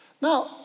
Now